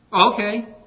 Okay